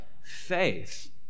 faith